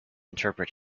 interpret